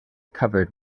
covered